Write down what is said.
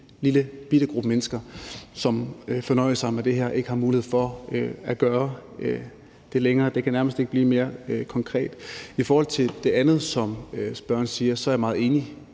lillebitte gruppe mennesker, som fornøjer sig med det her, ikke har mulighed for at gøre det længere. Det kan nærmest ikke blive mere konkret. I forhold til det andet, som spørgeren siger, er jeg meget enig.